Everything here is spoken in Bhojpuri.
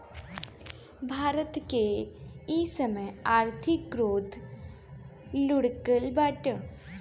भारत के इ समय आर्थिक ग्रोथ लुढ़कल बाटे